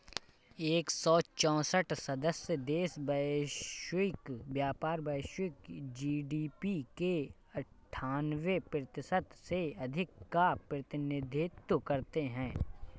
एक सौ चौसठ सदस्य देश वैश्विक व्यापार, वैश्विक जी.डी.पी के अन्ठान्वे प्रतिशत से अधिक का प्रतिनिधित्व करते हैं